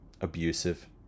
abusive